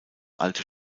alte